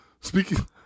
Speaking